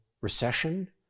recession